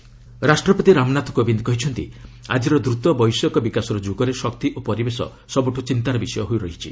ପ୍ରେଜ୍ ଏନର୍ଜି ରାଷ୍ଟ୍ରପତି ରାମନାଥ କୋବିନ୍ଦ୍ କହିଛନ୍ତି ଆଜିର ଦ୍ରତ ବୈଷୟିକ ବିକାଶର ଯୁଗରେ ଶକ୍ତି ଓ ପରିବେଶ ସବୁଠୁ ଚିନ୍ତାର ବିଷୟ ହୋଇ ରହିଛି